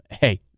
hey